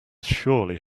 surely